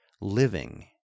living